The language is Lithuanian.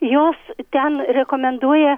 jos ten rekomenduoja